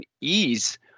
ease